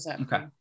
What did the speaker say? okay